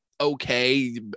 okay